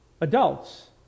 adults